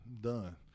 Done